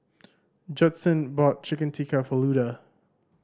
Judson bought Chicken Tikka for Luda